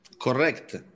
Correct